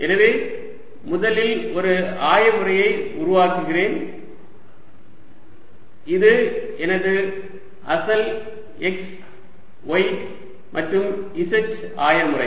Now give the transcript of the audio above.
எனவே முதலில் ஒரு ஆய முறையை உருவாக்குகிறேன் இது எனது அசல் x y மற்றும் z ஆய முறை